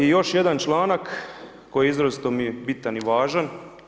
I još jedan članak koji izrazito mi je bitan i važan.